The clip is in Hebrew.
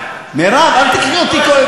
אל תיקחי אותי,